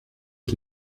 qui